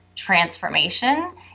Transformation